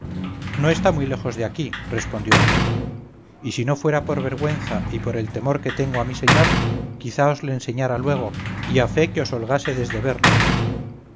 no está muy lejos de aquí respondió el negro y si no fuera por vergüenza y por el temor que tengo a mi señor quizá os le enseñara luego y a fe que os holgásedes de verle